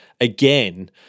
again